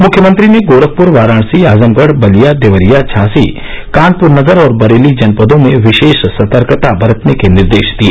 मुख्यमंत्री ने गोरखपुर वाराणसी आजमगढ़ बलिया देवरिया झांसी कानपुर नगर और बरेली जनपदों में विशेष सतर्कता बरतने के निर्देश दिए